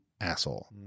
asshole